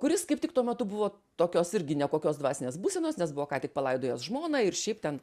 kuris kaip tik tuo metu buvo tokios irgi nekokios dvasinės būsenos nes buvo ką tik palaidojęs žmoną ir šiaip ten